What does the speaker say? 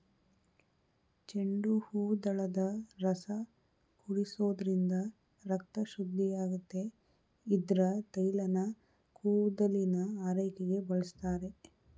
ಚೆಂಡುಹೂದಳದ ರಸ ಕುಡಿಸೋದ್ರಿಂದ ರಕ್ತ ಶುದ್ಧಿಯಾಗುತ್ತೆ ಇದ್ರ ತೈಲನ ಕೂದಲಿನ ಆರೈಕೆಗೆ ಬಳಸ್ತಾರೆ